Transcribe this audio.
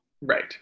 Right